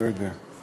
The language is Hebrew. לא יודע.